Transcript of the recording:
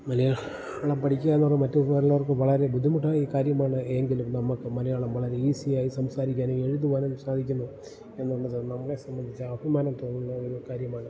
മലയാ ളം പഠിക്കുക എന്ന് പറയുന്നത് മറ്റ് ഉള്ളവർക്ക് വളരെ ബുദ്ധിമുട്ടായ കാര്യമാണ് എങ്കിലും നമുക്ക് മലയാളം വളരെ ഈസിയായി സംസാരിക്കാനും എഴുതുവാനും സാധിക്കുന്നു എന്നുള്ളത് നമ്മളെ സംബന്ധിച്ച് അഭിമാനം തോന്നുന്ന ഒരു കാര്യമാണ്